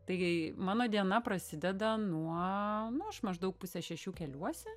tai mano diena prasideda nuo nu aš maždaug pusę šešių keliuosi